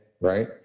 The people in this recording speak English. right